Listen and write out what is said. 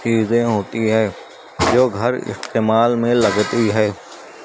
چیزیں ہوتی ہے جو گھر استعمال میں لگتی ہے